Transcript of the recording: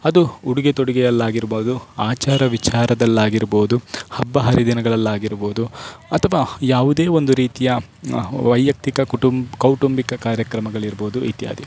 ಅದು ಉಡುಗೆ ತೊಡುಗೆಯಲ್ಲಾಗಿರ್ಬೋದು ಆಚಾರ ವಿಚಾರದಲ್ಲಾಗಿರ್ಬೋದು ಹಬ್ಬ ಹರಿದಿನಗಳಲ್ಲಾಗಿರ್ಬೋದು ಅಥವಾ ಯಾವುದೇ ಒಂದು ರೀತಿಯ ವೈಯಕ್ತಿಕ ಕುಟುಂಬ ಕೌಟುಂಬಿಕ ಕಾರ್ಯಕ್ರಮಗಳಿರ್ಬೋದು ಇತ್ಯಾದಿ